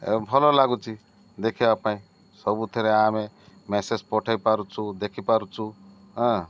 ଭଲ ଲାଗୁଛି ଦେଖିବା ପାଇଁ ସବୁଥିରେ ଆମେ ମେସେଜ୍ ପଠେଇ ପାରୁଛୁ ଦେଖିପାରୁଛୁ ହଁ